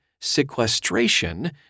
sequestration